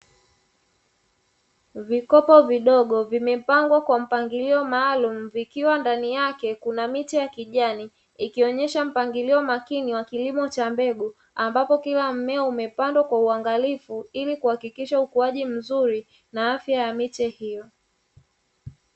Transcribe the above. Vikopo vidogo vimepangwa kwa mpangilio maalumu, vikiwa ndani yake kuna miti ya kijani, ikionyesha mpangilio makini wa kilimo cha mbegu, ambapo kila mmea umepandwa kwa uangalifu ili kuhakikisha ukuaji mzuri na afya ya miche hiyo.